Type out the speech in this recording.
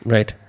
Right